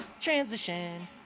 Transition